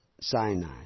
Sinai